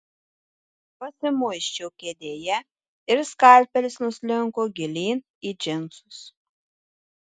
pasimuisčiau kėdėje ir skalpelis nuslinko gilyn į džinsus